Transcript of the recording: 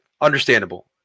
Understandable